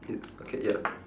it okay ya